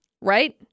Right